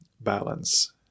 balance